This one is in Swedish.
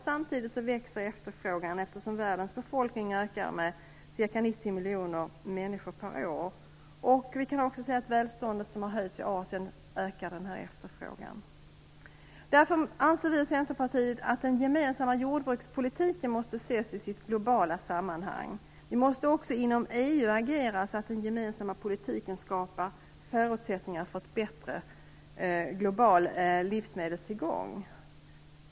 Samtidigt växer efterfrågan, eftersom världens befolkning ökar med ca 90 miljoner människor per år. Vi kan också se att det höjda välståndet i Asien ökar den här efterfrågan. Därför menar vi i Centerpartiet att den gemensamma jordbrukspolitiken måste ses i sitt globala sammanhang. Vi måste också inom EU agera så att den gemensamma politiken skapar förutsättningar för en bättre global livsmedelstillgång.